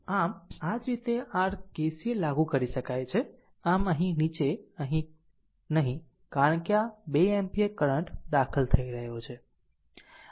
આમ આ જ રીતે r KCL લાગુ કરી શકાય છે આમ અહીં નીચે નહીં કારણ કે આ 2 એમ્પીયર કરંટ દાખલ થઈ રહ્યો છે